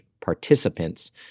participants